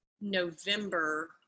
November